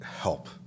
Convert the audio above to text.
help